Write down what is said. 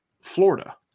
Florida